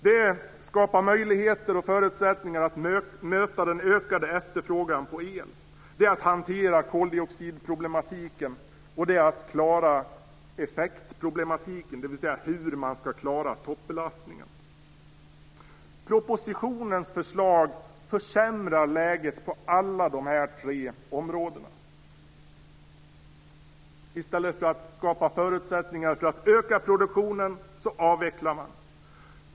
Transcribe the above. Det är att skapa möjligheter och förutsättningar att möta den ökade efterfrågan på el, att hantera koldioxidproblematiken och att klara effektproblematiken, dvs. hur man ska klara toppbelastningen. Det som föreslås i propositionen försämrar läget på alla dessa tre områden. I stället för att skapa förutsättningar för att öka produktionen avvecklar man.